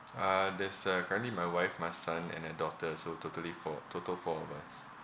uh there's uh currently my wife my son and a daughter so totally four total four of us